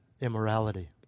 immorality